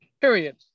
Period